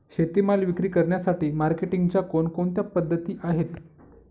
शेतीमाल विक्री करण्यासाठी मार्केटिंगच्या कोणकोणत्या पद्धती आहेत?